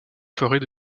forêts